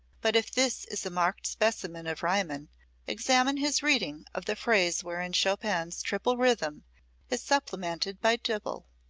but if this is a marked specimen of riemann, examine his reading of the phrase wherein chopin's triple rhythm is supplanted by duple.